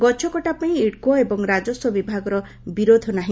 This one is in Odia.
ଗଛ କଟା ପାଇଁ ଇଡ୍କୋ ଏବଂ ରାକସ୍ୱ ବିଭାଗର ବିରୋଧ ନାହି